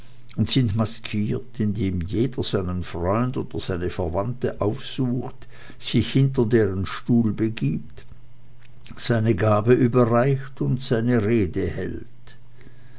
und sind maskiert indem jeder seinen freund oder seine verwandte aufsucht sich hinter deren stuhl begibt seine gabe überreicht und seine rede hält